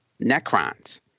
Necrons